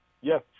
Yes